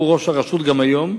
והוא ראש הרשות גם היום,